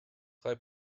drei